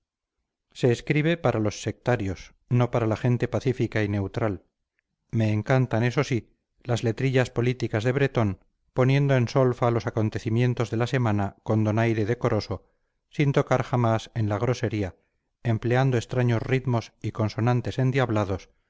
se escribe para los sectarios no para la gente pacífica y neutral me encantan eso sí las letrillas políticas de bretón poniendo en solfa los acontecimientos de la semana con donaire decoroso sin tocar jamás en la grosería empleando extraños ritmos y consonantes endiablados